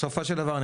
בסופו של דבר,